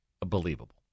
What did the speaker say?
believable